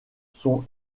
son